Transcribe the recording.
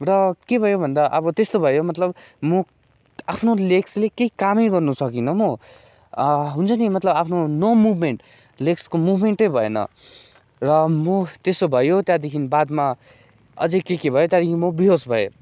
र के भयो भन्दा अब त्यस्तो भयो मतलब म आफ्नो लेग्सले केही कामै गर्नु सकिनँ म हुन्छ नि मतलब आफ्नो नो मुभमेन्ट लेग्सको मुभमेन्टै भएन र म त्यसो भयो त्यहाँदेखि बादमा अझै के के भयो त्यहाँदेखि म बिहोस भएँ